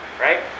right